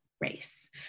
race